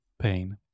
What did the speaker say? pain